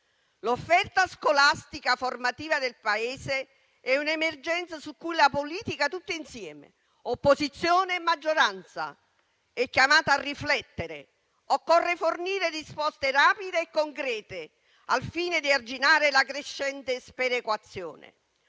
L'offerta scolastica e formativa del Paese è un'emergenza su cui la politica tutta insieme, opposizione e maggioranza, è chiamata a riflettere. Occorre fornire risposte rapide e concrete, al fine di arginare la crescente sperequazione.